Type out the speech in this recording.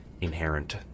inherent